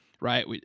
right